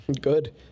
Good